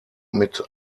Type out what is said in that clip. mit